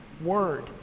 word